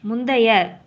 முந்தைய